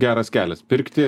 geras kelias pirkti